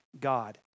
God